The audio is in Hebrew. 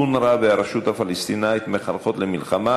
אונר"א והרשות הפלסטינית מחנכות למלחמה